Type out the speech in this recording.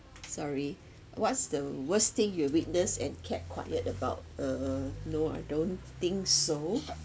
sorry what's the worst thing you've witnessed and kept quiet about uh no I don't think so